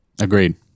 agreed